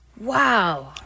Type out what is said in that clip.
Wow